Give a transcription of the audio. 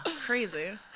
Crazy